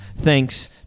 Thanks